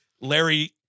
Larry